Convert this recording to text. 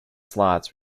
slots